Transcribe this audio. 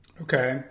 Okay